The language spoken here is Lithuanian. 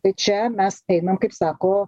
tai čia mes einam kaip sako